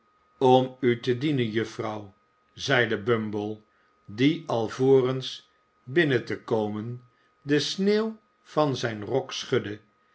om u te dienen juffrouw zeide bumble die alvorens binnen te komen de sneeuw van zijn rok schudde